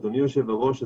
אדוני היושב ראש,